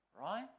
Right